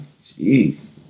Jeez